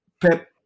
Pep